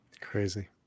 Crazy